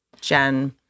Jen